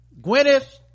Gwyneth